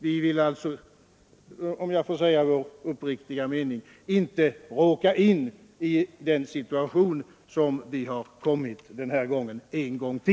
Vi vill alltså — om jag får uttrycka vår uppriktiga mening — inte än en gång råka in i den situation som vi nu har hamnat i.